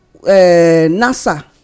NASA